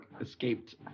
escaped